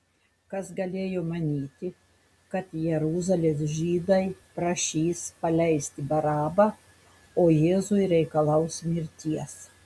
kas galėjo manyti kad jeruzalės žydai prašys paleisti barabą o jėzui reikalaus mirties